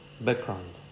Background